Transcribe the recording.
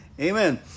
Amen